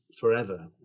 forever